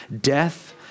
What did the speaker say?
death